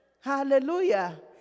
Hallelujah